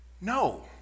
No